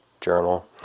journal